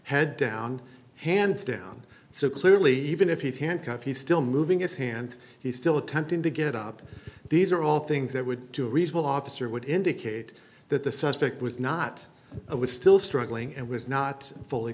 head down hands down so clearly even if he's handcuffed he's still moving his hand he's still attempting to get up these are all things that would do a reasonable officer would indicate that the suspect was not was still struggling and was not fully